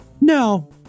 No